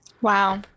wow